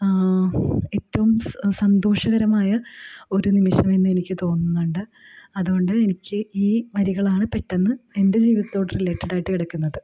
ഏറ്റവും സന്തോഷകരമായ ഒരു നിമിഷമെന്ന് എനിക്ക് തോന്നുന്നുണ്ട് അതുകൊണ്ട് എനിക്ക് ഈ വരികളാണ് പെട്ടെന്ന് എൻ്റെ ജീവിതത്തോട് റിലേറ്റഡായിട്ട് കിടക്കുന്നത്